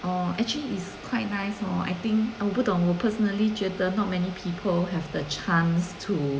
orh actually it's quite nice hor I think 我不懂我 personally 觉得 not many people have the chance to